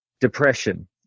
Depression